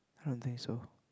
I don't think so